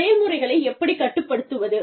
செயல்முறைகளை எப்படிக் கட்டுப்படுத்துவது